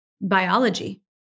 biology